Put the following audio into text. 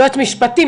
יועץ משפטי,